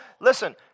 Listen